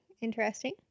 Interesting